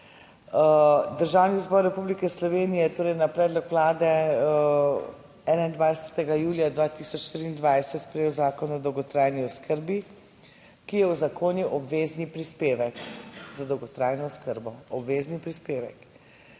Državni zbor Republike Slovenije je torej na predlog Vlade 21. julija 2023 sprejel Zakon o dolgotrajni oskrbi, ki je uzakonil obvezni prispevek za dolgotrajno oskrbo. Obvezni prispevek,